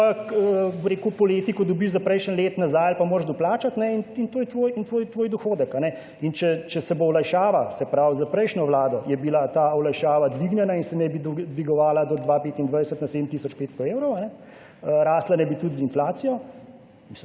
pa bi rekel poleti, ko dobiš za prejšnji let nazaj ali pa moraš doplačati in to je tvoj in tvoj dohodek. In če se bo olajšava, se pravi, s prejšnjo Vlado je bila ta olajšava dvignjena in se naj bi dvigovala do 2025 na 5 tisoč 500 evrov, rasla naj bi tudi z inflacijo,